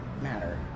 matter